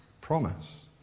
promise